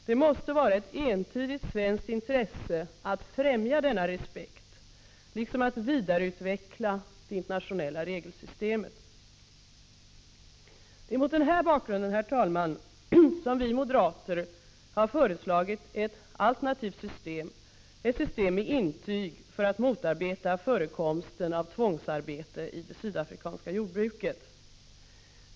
Det måste vara ett entydigt svenskt intresse att främja denna respekt liksom att vidareutveckla det internationella regelsystemet. Det är mot den här bakgrunden, herr talman, som vi moderater har föreslagit ett alternativt system, ett system med intyg för att motarbeta förekomsten av tvångsarbete i det sydafrikanska jordbruket.